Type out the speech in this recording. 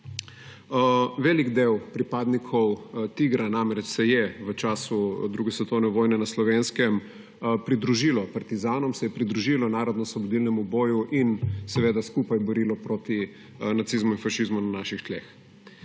Velik del pripadnikov TIGR-a se je namreč v času 2. svetovne vojne na Slovenskem pridružil partizanom, se je pridružil narodnoosvobodilnemu boju in skupaj boril proti nacizmu in fašizmu na naših tleh.